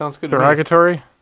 derogatory